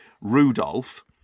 Rudolph